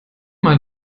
mal